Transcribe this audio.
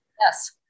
yes